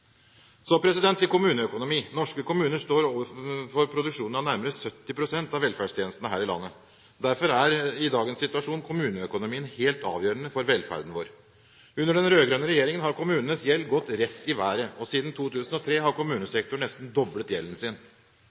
Så til kommuneøkonomi. Norske kommuner står for produksjon av nærmere 70 pst. av velferdstjenestene her i landet. Derfor er i dagens situasjon kommuneøkonomien helt avgjørende for velferden vår. Under den rød-grønne regjeringen har kommunenes gjeld gått rett i været. Siden 2003 har kommunesektoren nesten doblet gjelden sin.